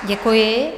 Děkuji.